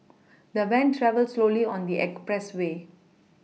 the van travelled slowly on the expressway